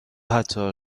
حتی